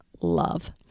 love